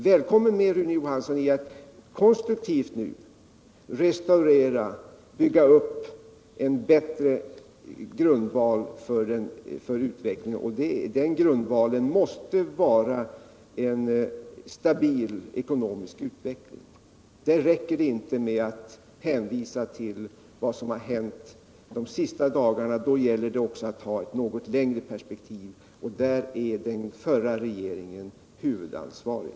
Välkommen med, Rune Johansson, i ett konstruktivt arbete på att nu bygga upp en bättre grundval för utvecklingen. Den grundvalen måste vara en stabil ekonomi. Det räcker inte med att hänvisa till vad som har hänt under den senaste tiden. Det gäller att också ha ett något längre perspektiv, och i det perspektivet är den förra regeringen huvudansvarig.